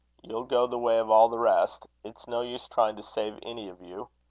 you'll go the way of all the rest. it's no use trying to save any of you.